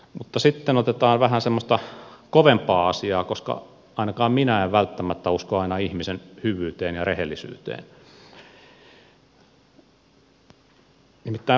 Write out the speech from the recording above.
mutta sitten otetaan vähän semmoista kovempaa asiaa koska ainakaan minä en välttämättä usko aina ihmisen hyvyyteen ja rehellisyyteen nimittäin valvonta